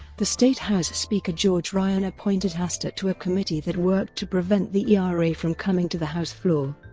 the state house speaker george ryan appointed hastert to a committee that worked to prevent the era from coming to the house floor.